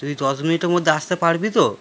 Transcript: তুই দশ মিনিটের মধ্যে আসতে পারবি তো